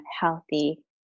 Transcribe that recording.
healthy